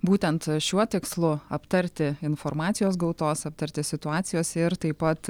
būtent šiuo tikslu aptarti informacijos gautos aptarti situacijos ir taip pat